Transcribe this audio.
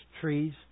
trees